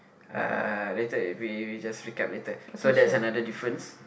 uh later if we just recap later so that's another difference